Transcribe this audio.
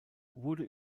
wurde